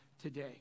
today